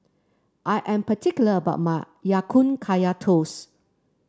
I am particular about my Ya Kun Kaya Toast